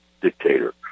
dictator